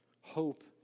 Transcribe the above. Hope